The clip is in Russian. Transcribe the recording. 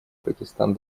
пакистан